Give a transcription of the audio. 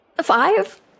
five